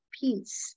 peace